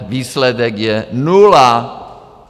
Výsledek je nula.